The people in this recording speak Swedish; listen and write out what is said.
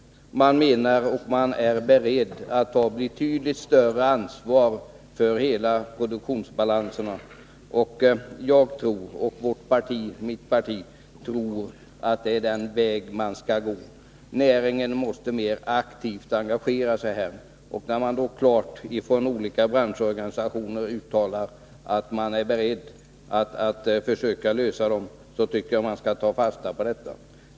Man är beredd att ta betydligt större ansvar för hela produktionsbalansen. Jag och mitt parti tror att det är denna väg som man bör gå. Näringen måste engagera sig mer aktivt. Då det från olika branschorganisationers sida uttalats att de är beredda att försöka lösa problemen, tycker jag att man skall ta fasta på detta.